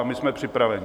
My jsme připraveni.